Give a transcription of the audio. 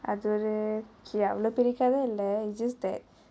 அது ஒரு அவ்லோ பெரிய கதை இல்லே:athu oru avalo periya kathai illae it's just that